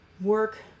work